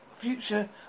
future